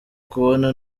kubona